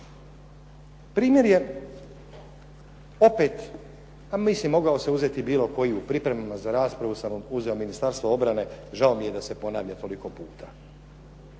Primjer je opet a mislim mogao sam uzeti bilo koji, u pripremama za raspravu sam uzeo Ministarstvo obrane, žao mi je da se ponavlja toliko puta.